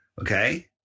okay